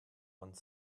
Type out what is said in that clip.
one